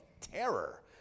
terror